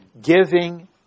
Giving